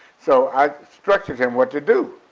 so i instructed him what to do.